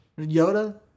Yoda